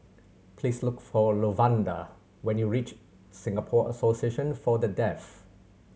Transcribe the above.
please look for Lavonda when you reach Singapore Association For The Deaf